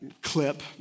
clip